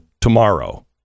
tomorrow